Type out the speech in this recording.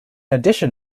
addition